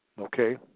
Okay